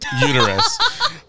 uterus